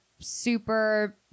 super